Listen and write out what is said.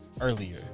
earlier